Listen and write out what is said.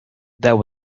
there